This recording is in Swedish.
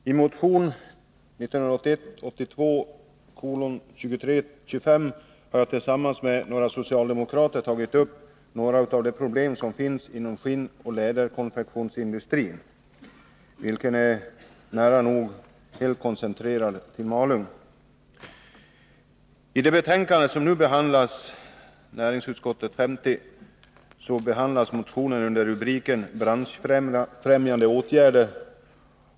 Herr talman! I motion 1981/82:2325 har jag och några andra socialdemokrater tagit upp en del av problemen inom skinnoch läderkonfektionsindustrin, vilken är nästan helt koncentrerad till Malung. I näringsutskottets betänkande 50 som nu behandlas tar man upp motionen under rubriken Branschfrämjande åtgärder.